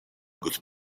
good